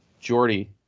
Jordy